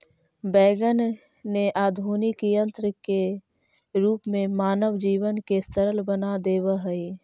wagon ने आधुनिक यन्त्र के रूप में मानव जीवन के सरल बना देवऽ हई